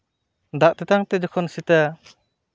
ᱫᱟᱜ ᱛᱮᱛᱟᱝ ᱛᱮ ᱡᱚᱠᱷᱚᱱ ᱥᱤᱛᱟᱹ